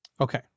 Okay